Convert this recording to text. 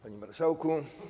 Panie Marszałku!